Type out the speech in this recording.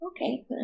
Okay